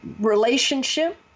relationship